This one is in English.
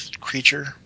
creature